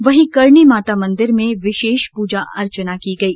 वहीं करणी माता मंदिर में विशेष पूजा अर्चना की गई